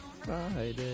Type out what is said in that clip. Friday